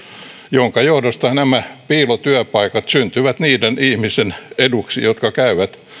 minkä johdosta nämä piilotyöpaikat syntyvät niiden ihmisten eduksi jotka käyvät